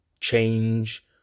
change